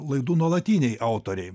laidų nuolatiniai autoriai